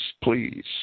please